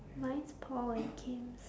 mine's paul and kim's